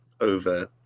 over